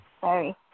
sorry